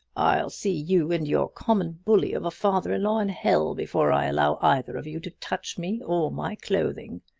i'll see you and your common bully of a father-in-law in hell before i allow either of you to touch me or my clothing!